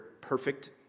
perfect